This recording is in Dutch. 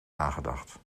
nagedacht